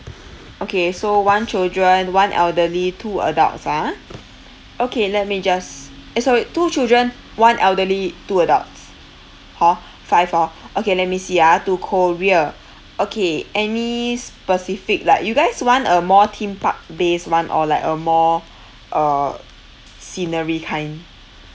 okay so one children one elderly two adults ah okay let me just eh sorry two children one elderly two adults hor five orh okay let me see ah to korea okay any specific like you guys want a more theme park based [one] or like a more uh scenery kind